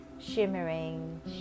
shimmering